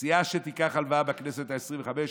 סיעה שתיקח הלוואה בכנסת העשרים-וחמש,